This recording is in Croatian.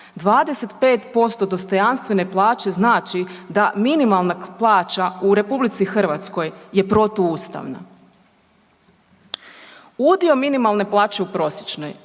25% dostojanstvene plaće znači da minimalna plaća u RH je protuustavna. Udio minimalne plaće u prosječnoj,